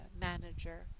manager